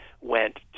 went